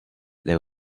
there